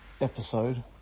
episode